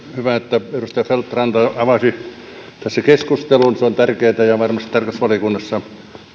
hyvä että edustaja feldt ranta avasi tässä keskustelun se on tärkeätä ja varmasti tarkastusvaliokunnassa